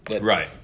Right